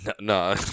No